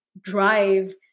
drive